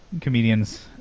comedians